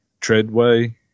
Treadway